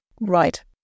Right